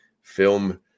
film